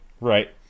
Right